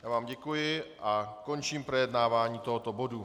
Já vám děkuji a končím projednávání tohoto bodu.